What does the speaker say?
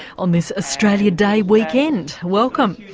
on this australia day weekend. welcome.